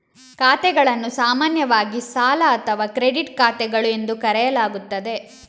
ಖಾತೆಗಳನ್ನು ಸಾಮಾನ್ಯವಾಗಿ ಸಾಲ ಅಥವಾ ಕ್ರೆಡಿಟ್ ಖಾತೆಗಳು ಎಂದು ಕರೆಯಲಾಗುತ್ತದೆ